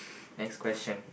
next question